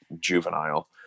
juvenile